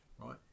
Right